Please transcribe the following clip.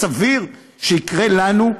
סביר שיקרה לנו,